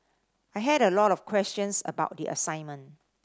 I had a lot of questions about the assignment